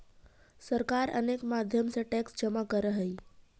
सरकार अनेक माध्यम से टैक्स जमा करऽ हई